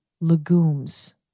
legumes